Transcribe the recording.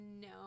No